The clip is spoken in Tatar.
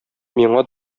миңа